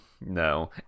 No